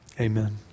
Amen